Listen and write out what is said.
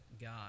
God